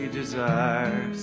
desires